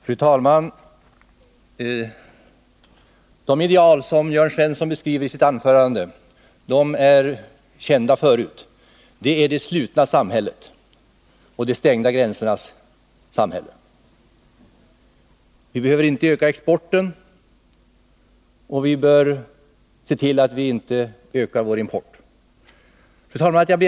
Fru talman! De ideal som Jörn Svensson beskriver i sitt anförande är kända sedan tidigare. Det är det slutna samhället, de stängda gränsernas samhälle. Vi behöver inte öka exporten, och vi bör se till att vi inte ökar vår import. 123 Fru talman!